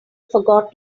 forgot